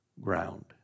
ground